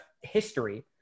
history